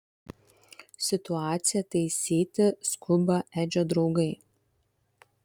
situaciją taisyti skuba edžio draugai